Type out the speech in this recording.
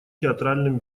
театральным